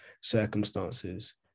circumstances